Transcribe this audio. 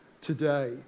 today